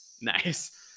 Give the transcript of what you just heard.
Nice